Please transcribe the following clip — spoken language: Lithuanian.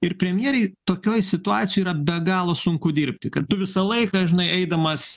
ir premjerei tokioj situacijoj yra be galo sunku dirbti kad tu visą laiką žinai eidamas